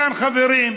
חברים,